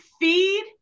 feed